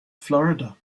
florida